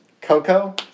Coco